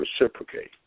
reciprocate